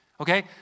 Okay